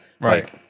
right